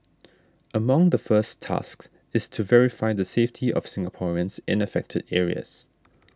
among the first tasks is to verify the safety of Singaporeans in affected areas